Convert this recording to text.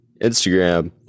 Instagram